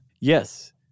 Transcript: Yes